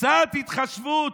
קצת התחשבות.